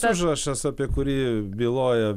užrašas apie kurį byloja